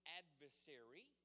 adversary